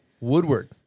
Woodward